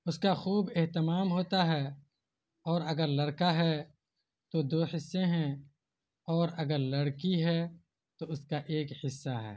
اس کا خوب اہتمام ہوتا ہے اور اگر لڑکا ہے تو دو حصے ہیں اور اگر لڑکی ہے تو اس کا ایک حصہ ہے